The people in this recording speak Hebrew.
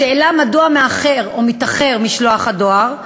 4. לשאלה מדוע מאחר או מתאחר משלוח הדואר,